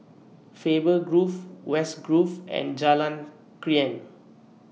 Faber Grove West Grove and Jalan Krian